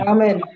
Amen